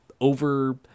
over